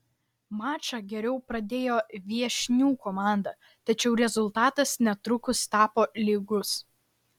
mačą geriau pradėjo viešnių komanda tačiau rezultatas netrukus tapo lygus